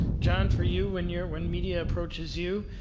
john, for you, when you're when media approaches you,